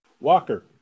Walker